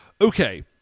Okay